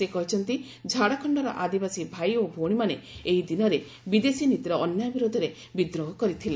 ସେ କହିଛନ୍ତି ଝାଡ଼ଖଣର ଆଦିବାସୀ ଭାଇ ଓ ଭଉଣୀମାନେ ଏହି ଦିନରେ ବିଦେଶୀ ନୀତିର ଅନ୍ୟାୟ ବିରୋଧରେ ବିଦ୍ରୋହ କରିଥିଲେ